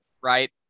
Right